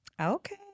Okay